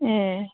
ए